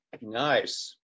Nice